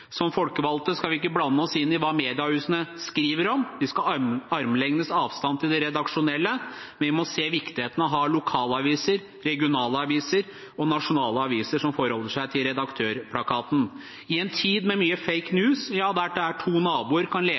Som folkevalgte skal vi ikke blande oss inn i hva mediehusene skriver om. Vi skal ha armlengdes avstand til det redaksjonelle, men vi må se viktigheten av å ha lokalaviser, regionale aviser og nasjonale aviser som forholder seg til Redaktørplakaten. I en tid med mye «fake news» – der to naboer kan leve